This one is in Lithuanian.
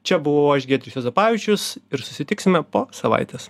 čia buvau aš giedrius juozapavičius ir susitiksime po savaitės